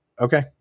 Okay